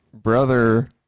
Brother